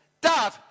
Dad